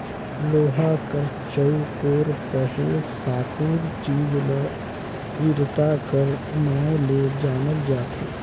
लोहा कर चउकोर पहे साकुर चीज ल इरता कर नाव ले जानल जाथे